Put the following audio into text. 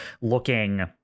looking